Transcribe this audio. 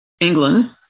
England